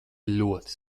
ļoti